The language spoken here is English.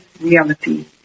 reality